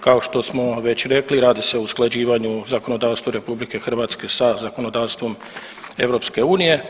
Kao što smo već rekli radi se o usklađivanju zakonodavstva RH sa zakonodavstvom EU.